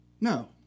No